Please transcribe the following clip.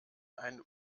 einen